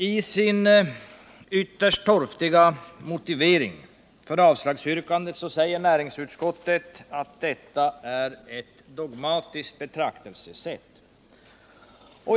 I sin ytterst torftiga motivering för avslagsyrkandet säger näringsutskottet att detta är ett dogmatiskt betraktelsesätt.